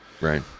right